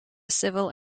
civil